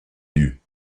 lut